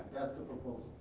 that's the proposal.